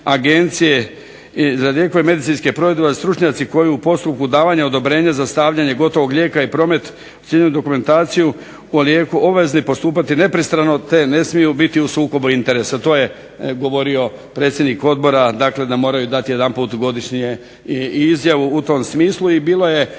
Agencije za lijekove medicinske proizvoda stručnjaci koji u postupku davanja odobrenja za stavljanje gotovog lijeka i promet … dokumentaciju … obvezni postupati nepristrano te ne smiju biti u sukobu interesa, to je govorio predsjednik Odbora da moraju dati jedanput godišnje izjavu u tom smislu i bilo je